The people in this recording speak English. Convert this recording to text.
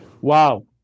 Wow